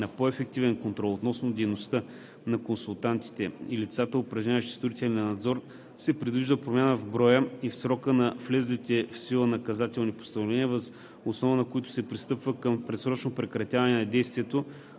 на по-ефективен контрол относно дейността на консултантите и лицата, упражняващи строителен надзор, се предвижда промяна в броя и в срока на влезлите в сила наказателни постановления, въз основа на които се пристъпва към предсрочно прекратяване на действието